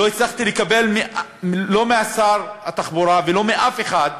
לא הצלחתי לקבל לא משר התחבורה ולא מאף אחד: